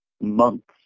months